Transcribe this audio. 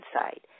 side